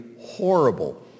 horrible